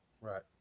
Right